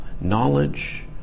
knowledge